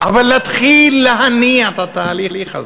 אבל להתחיל להניע את התהליך הזה.